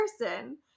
person